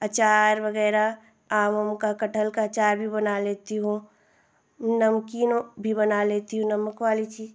अचार वग़ैरह आम उम का कटहल का अचार भी बना लेती हूँ नमकीनो भी बना लेती हूँ नमक वाली चीज़